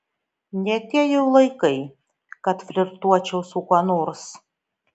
ne tie jau laikai kad flirtuočiau su kuo nors